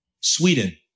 Sweden